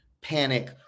panic